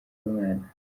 mwana